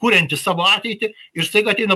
kurianti savo ateitį ir staiga ateina